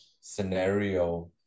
scenario